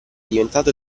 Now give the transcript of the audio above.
diventato